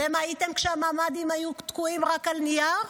אתם הייתם שם כשהממ"דים היו תקועים רק על נייר?